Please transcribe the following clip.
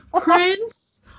Prince